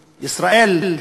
ישראל,